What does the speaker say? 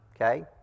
okay